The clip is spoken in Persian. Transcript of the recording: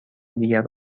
دیگر